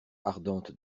ardente